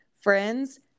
Friends